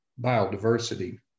biodiversity